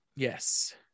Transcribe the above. yes